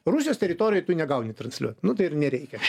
rusijos teritorijoj tu negauni transliuot nu tai ir nereikia